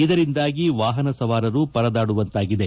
ಇದರಿಂದಾಗಿ ವಾಹನ ಸವಾರರು ಪರದಾಡುವಂತಾಗಿದೆ